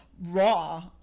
raw